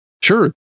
sure